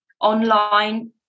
online